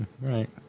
Right